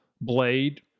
blade